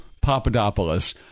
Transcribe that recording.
Papadopoulos